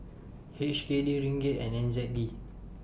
H K D Ringgit and N Z D